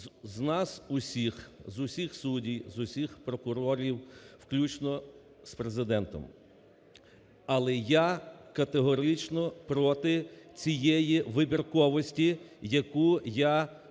з нас усіх, з усіх суддів, з усіх прокурорів включно із Президентом. Але я категорично проти цієї вибірковості, яку я бачу